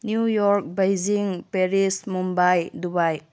new York Beijing Paris Mumbai Dubai